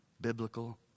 biblical